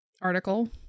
article